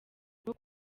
rwo